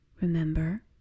Remember